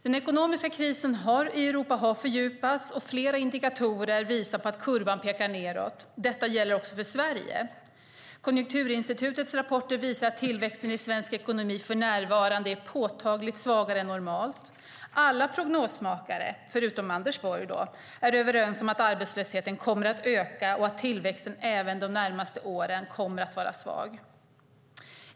Den ekonomiska krisen i Europa har fördjupats, och flera indikatorer visar på att kurvan pekar nedåt. Detta gäller också Sverige. Konjunkturinstitutets rapporter visar att tillväxten i svensk ekonomi för närvarande är påtagligt svagare än normalt. Alla prognosmakare, förutom Anders Borg, är överens om att arbetslösheten kommer att öka och att tillväxten även de närmaste åren kommer att vara svag.